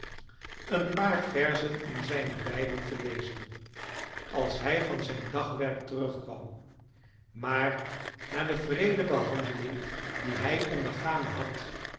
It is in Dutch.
een paar verzen in zijnen bijbel te lezen als hij van zijn dagwerk terug kwam maar na de wreede behandeling die hij ondergaan had